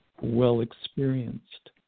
well-experienced